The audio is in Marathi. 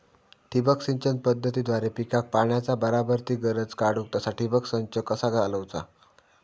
ठिबक सिंचन पद्धतीद्वारे पिकाक पाण्याचा बराबर ती गरज काडूक तसा ठिबक संच कसा चालवुचा?